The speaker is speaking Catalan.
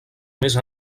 més